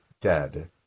dead